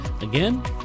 again